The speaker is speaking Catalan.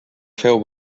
féu